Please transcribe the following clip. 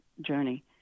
journey